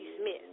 Smith